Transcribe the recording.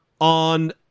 on